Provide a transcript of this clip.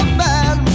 bad